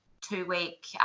two-week